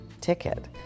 ticket